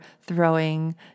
throwing